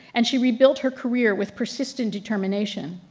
and she rebuilt her career with persistent determination.